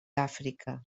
àfrica